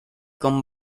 con